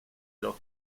los